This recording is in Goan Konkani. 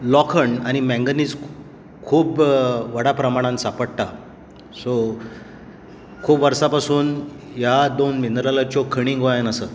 अंखड आनी मँगनिज खूब व्हडा प्रमाण सापडटा सो खूब वर्सा पासून ह्या दोन मिनरलाच्यो खणी गोंयांत आसा